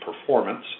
performance